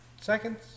seconds